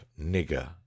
nigger